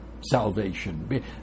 Salvation